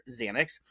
Xanax